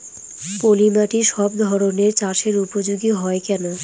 পলিমাটি সব ধরনের চাষের উপযোগী হয় কেন?